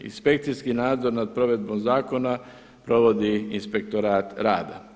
Inspekcijski nadzor nad provedbom zakona provodi Inspektorat rada.